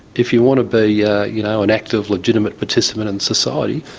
if you want to be yeah you know an active legitimate participant in society,